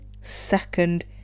second